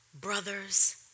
brothers